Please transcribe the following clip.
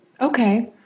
okay